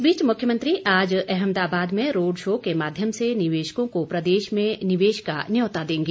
इस बीच मुख्यमंत्री आज अहमदाबाद में रोड शो के माध्यम से निवेशकों को प्रदेश में निवेश का न्यौता देंगे